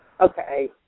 Okay